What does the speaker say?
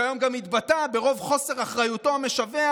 שהיום גם התבטא ברוב חוסר אחריותו המשווע